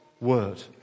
Word